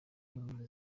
impunzi